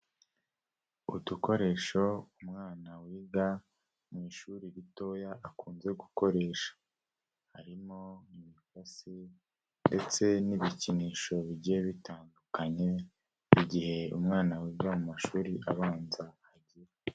Udukoresho umwana wiga mu ishuri ritoya akunze gukoresha. Harimo imikasi ndetse n'ibikinisho bigiye bitandukanye, igihe umwana wiga mu mashuri abanza agiye.